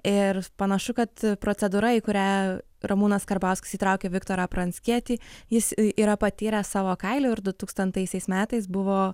ir panašu kad procedūra į kurią ramūnas karbauskis įtraukė viktorą pranckietį jis yra patyrę savo kailiu ir du tūkstantaisiais metais buvo